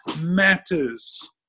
matters